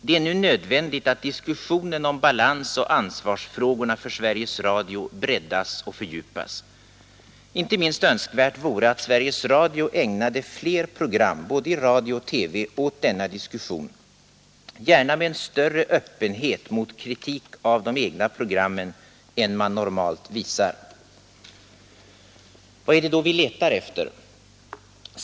Det är nu nödvändigt att diskussionen om balansoch ansvarsfrågorna för Sveriges Radio breddas och fördjupas. Inte minst önskvärt vore att Sveriges Radio ägnade fler program i både radio och TV åt denna diskussion, gärna med en större öppenhet mot kritik av de egna programmen än man normalt visar. Vad är det då vi letar efter?